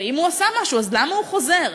ואם הוא עשה משהו, אז למה הוא חוזר?